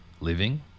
living